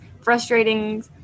frustrating